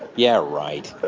yeah right.